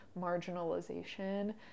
marginalization